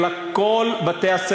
אלא על כל בתי-הספר,